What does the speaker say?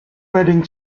wedding